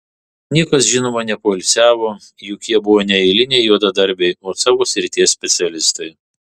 niekas žinoma nepoilsiavo juk jie buvo ne eiliniai juodadarbiai o savo srities specialistai